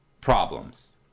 problems